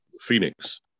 Phoenix